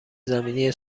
زمینی